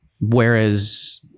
Whereas